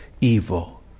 evil